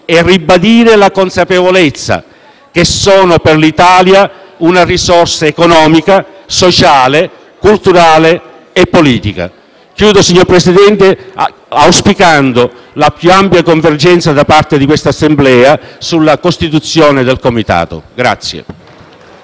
di ribadire la consapevolezza che essi sono per l'Italia una risorsa economica, sociale, culturale e politica. Signor Presidente, concludo auspicando la più ampia convergenza da parte dell'Assemblea sulla costituzione del Comitato.